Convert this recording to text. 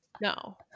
no